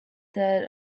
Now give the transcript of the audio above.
that